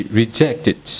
rejected